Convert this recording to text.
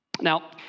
Now